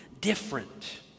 different